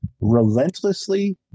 relentlessly